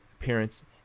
appearance